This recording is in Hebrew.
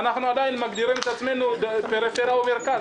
ואנחנו עדיין מגדירים עצמנו פריפריה ומרכז.